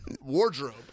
wardrobe